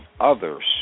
others